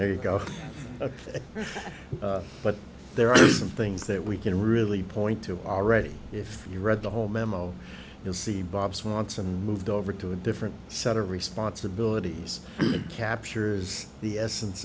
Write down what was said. there you go but there are some things that we can really point to already if you read the whole memo you'll see bob swanson moved over to a different set of responsibilities captures the essence